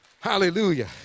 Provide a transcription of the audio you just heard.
Hallelujah